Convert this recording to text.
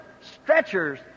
stretchers